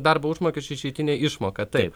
darbo užmokesčio išeitinė išmoka taip